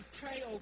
pray